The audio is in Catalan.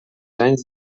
anys